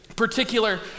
Particular